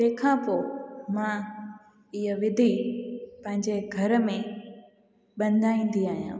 तंहिंखां पोइ मां ईअं विधि पंहिंजे घर में बनाईंदी आहियां